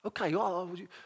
Okay